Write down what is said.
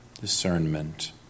discernment